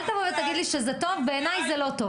אל תבוא ותגיד לי שזה טוב, בעיניי זה לא טוב.